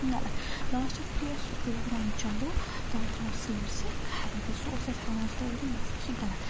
غلَط لاسٹَس یُتھُے اَسہِ سُہ پروگرام چَلوو تَتھ درٛاو سٲرسٕے خرٲبی سُہ اوس اَسہِ ہاوان سورُے یہِ ہَسا چھُ غلط